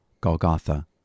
Golgotha